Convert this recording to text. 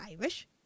Irish